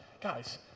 guys